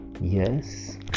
Yes